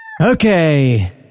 Okay